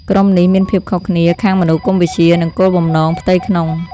ក្រុមនេះមានភាពខុសគ្នាខាងមនោគមវិជ្ជា និងគោលបំណងផ្ទៃក្នុង។